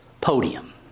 podium